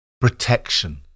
protection